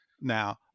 Now